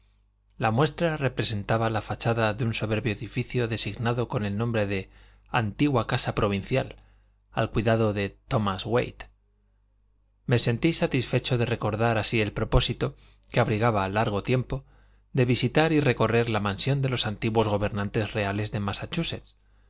la muestra representaba la fachada de un soberbio edificio designado con el nombre de antigua casa provincial al cuidado de thomas waite me sentí satisfecho de recordar así el propósito que abrigaba largo tiempo de visitar y recorrer la mansión de los antiguos gobernadores reales de massachusetts